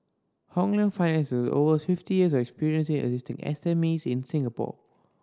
Hong Leong Finance over fifty years of experience assisting S M Es in Singapore